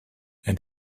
and